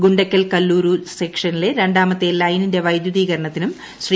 ഗുക്കൽ കല്ലൂരു സെക്ഷനിലെ രാമത്തെ ്ലൈനിന്റെ വൈദ്യുതീകരണത്തിനും ശ്രീ